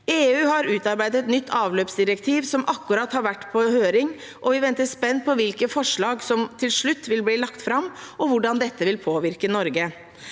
EU har utarbeidet et nytt avløpsdirektiv som akkurat har vært på høring, og vi venter spent på hvilke forslag som til slutt vil bli lagt fram, og hvordan dette vil påvirke Norge.